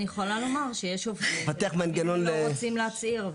אני יכולה לומר שיכול להיות שיש אנשים שלא רוצים להצהיר.